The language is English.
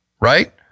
right